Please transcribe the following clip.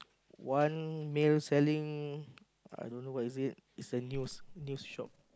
one male selling I don't know what is it it's a news news shop